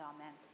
Amen